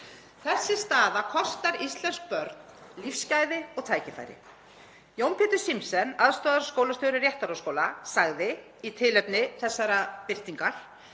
Þessi staða kostar íslensk börn lífsgæði og tækifæri. Jón Pétur Zimsen, aðstoðarskólastjóri Réttarholtsskóla, sagði í tilefni þessara birtingar,